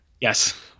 yes